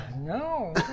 No